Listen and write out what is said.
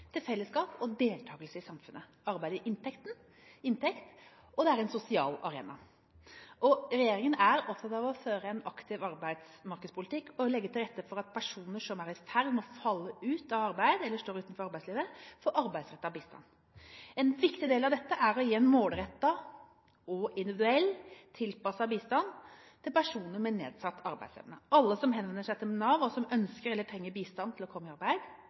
til fellesskap og deltakelse i samfunnet. Arbeid gir inntekt, og det er en sosial arena. Regjeringen er opptatt av å føre en aktiv arbeidsmarkedspolitikk og legge til rette for at personer som er i ferd med å falle ut av eller står utenfor arbeidslivet, får arbeidsrettet bistand. En viktig del av dette er å gi målrettet og individuelt tilpasset bistand til personer med nedsatt arbeidsevne. Alle som henvender seg til Nav, og som ønsker eller trenger bistand til å komme i arbeid,